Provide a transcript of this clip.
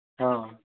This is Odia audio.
ହଁ